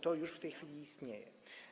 To już w tej chwili istnieje.